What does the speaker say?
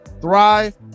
thrive